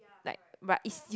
like right it's you